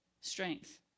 strength